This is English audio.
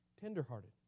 Tenderhearted